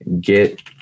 get